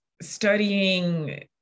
studying